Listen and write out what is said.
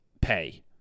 Pay